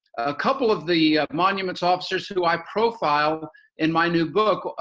a couple of the monuments officers who i profiled in my new book,